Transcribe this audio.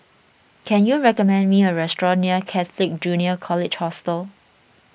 can you recommend me a restaurant near Catholic Junior College Hostel